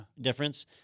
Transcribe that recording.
difference